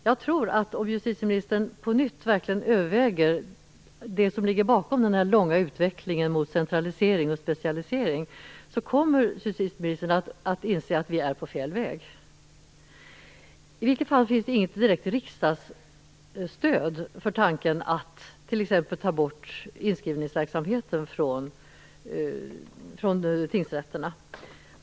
Jag tror att justitieministern, om hon på nytt verkligen överväger vad som ligger bakom den långa utvecklingen mot centralisering och specialisering, kommer att inse att vi är på fel väg. I vilket fall som helst finns det inget direkt riksdagsstöd för tanken på att t.ex. ta bort inskrivningsverksamheten från tingsrätterna.